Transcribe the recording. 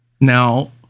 Now